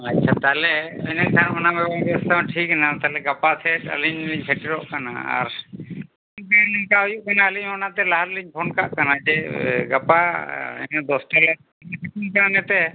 ᱟᱪᱪᱷᱟ ᱛᱟᱦᱚᱞᱮ ᱤᱱᱟᱹ ᱠᱷᱟᱱ ᱚᱱᱟ ᱴᱷᱤᱠᱮᱱᱟ ᱛᱟᱦᱚᱞᱮ ᱜᱟᱯᱟ ᱥᱮᱫ ᱟᱹᱞᱤᱧ ᱞᱤᱧ ᱥᱮᱴᱮᱨᱚᱜ ᱠᱟᱱᱟ ᱟᱨ ᱦᱩᱭᱩᱜ ᱠᱟᱱᱟ ᱟᱹᱞᱤᱧ ᱦᱚᱸ ᱚᱱᱟᱛᱮ ᱞᱟᱦᱟ ᱨᱮᱞᱤᱧ ᱯᱷᱳᱱ ᱠᱟᱜ ᱠᱟᱱᱟ ᱡᱮ ᱜᱟᱯᱟ ᱫᱚᱥᱴᱟ ᱨᱮᱭᱟᱜ ᱚᱱᱟᱛᱮ